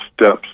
steps